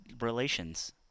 relations